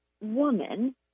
woman